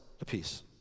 apiece